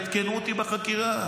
עדכנו אותי בחקירה,